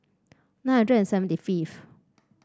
nine hundred and seventy fifth